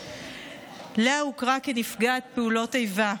לאה הוכרה כנפגעת פעולות איבה.